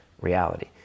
reality